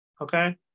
Okay